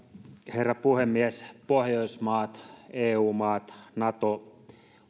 herra puhemies pohjoismaat eu maat nato